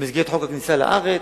במסגרת חוק הכניסה לארץ,